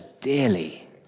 dearly